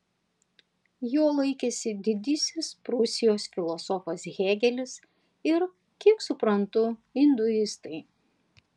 jo laikėsi didysis prūsijos filosofas hėgelis ir kiek suprantu induistai